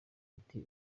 ati